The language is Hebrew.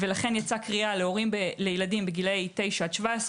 לכן יצאה קריאה להורים לילדים בגילאי 9 עד 17,